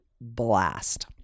blast